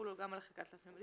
יחולו גם על חלקה תלת־ממדית,